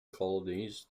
colonies